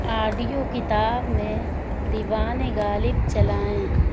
audio کتاب میں دیوان غالب چلائیں